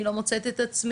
אני לא מוצאת את עצמי,